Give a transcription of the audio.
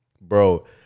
bro